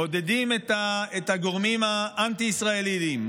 מעודדים את הגורמים האנטי-ישראליים,